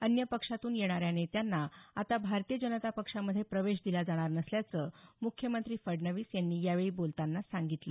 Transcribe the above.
अन्य पक्षातून येणाऱ्या नेत्यांना आता भारतीय जनता पक्षामध्ये प्रवेश दिला जाणार नसल्याचं मुख्यमंत्री फडणवीस यांनी यावेळी बोलतांना सांगितलं